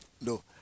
no